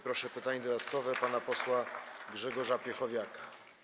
Proszę o pytanie dodatkowe pana posła Grzegorza Piechowiaka.